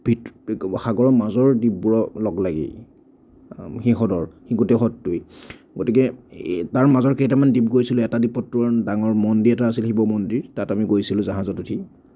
সাগৰৰ মাজৰ দ্বীপবোৰৰ লগ লাগি সেই হ্ৰদৰ গোটেই হ্ৰদটোৱে গতিকে এ তাৰ মাজৰ কেইটামান দ্বীপ গৈছিলোঁ এটা দ্বীপততো ডাঙৰ মন্দিৰ এটা আছিলে শিৱ মন্দিৰ তাত আমি গৈছিলোঁ জাহাজত উঠি